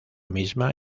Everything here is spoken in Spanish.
misma